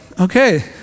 okay